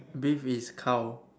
beef is cow